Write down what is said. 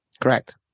Correct